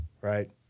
right